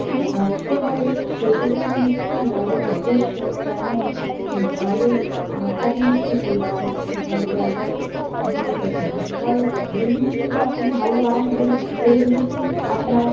কী আঁকতে হবে সেটা যেমন একটি বড় উদ্দেশ্য তেমনই ভালো আঁকা জিনিসটিকে একটি ভালোবাসার জিনিস হতে হবে কারণ যে জিনিসটিকে আপনি ভালোবাসবেন সেই জিনিসটি আপনার